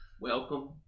Welcome